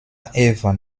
avon